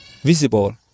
visible